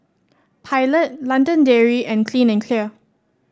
Pilot London Dairy and Clean and Clear